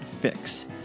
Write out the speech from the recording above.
Fix